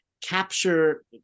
capture